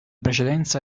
precedenza